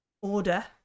order